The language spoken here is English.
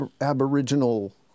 aboriginal